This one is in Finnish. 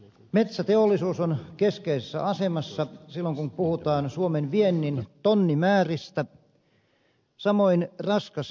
metsäteollisuus on keskeisessä asemassa silloin kun puhutaan suomen viennin tonnimääristä samoin on raskas metalliteollisuus